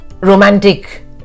romantic